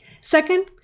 Second